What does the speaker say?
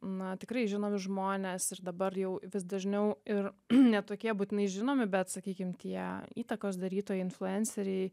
na tikrai žinomi žmonės ir dabar jau vis dažniau ir ne tokie būtinai žinomi bet sakykim tie įtakos darytojai influenceriai